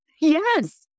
Yes